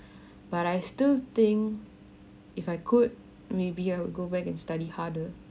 but I still think if I could maybe I would go back and study harder